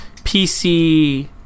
PC